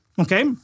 okay